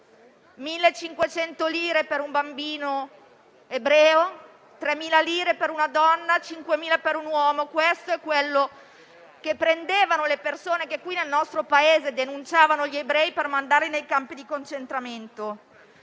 1.500 lire per un bambino ebreo, 3.000 lire per una donna, 5.000 per un uomo; questa è la cifra che prendevano coloro che nel nostro Paese denunciavano gli ebrei per mandarli nei campi di concentramento.